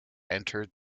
entered